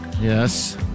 Yes